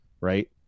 right